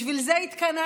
בשביל זה התכנסתי.